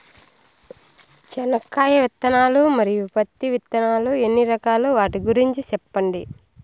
చెనక్కాయ విత్తనాలు, మరియు పత్తి విత్తనాలు ఎన్ని రకాలు వాటి గురించి సెప్పండి?